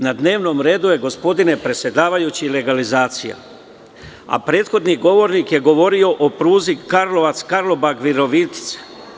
Na dnevnom redu je, gospodine predsedavajući, legalizacija, a prethodni govornik je govorio o pruzi Karlovac-Karlobag-Virovitica.